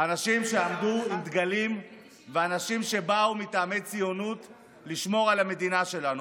אנשים שעמדו עם דגלים ואנשים שבאו מטעמי ציונות לשמור על המדינה שלנו.